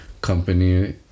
company